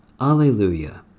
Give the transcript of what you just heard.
Alleluia